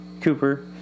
Cooper